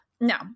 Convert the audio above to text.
no